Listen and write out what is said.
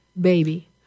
baby